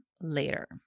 later